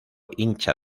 hincha